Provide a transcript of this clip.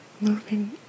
moving